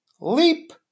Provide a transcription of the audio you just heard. leap